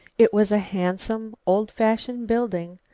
it was a handsome, old-fashioned building,